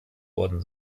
worden